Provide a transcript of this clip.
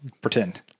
pretend